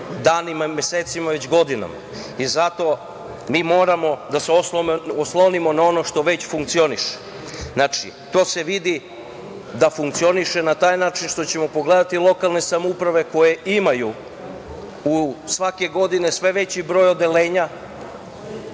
danima, mesecima, već godinama i zato mi moramo da se oslonimo na ono što već funkcioniše. Znači, to se vidi da funkcioniše na taj način što ćemo pogledati lokalne samouprave koje imaju svake godine sve veći broj odeljenja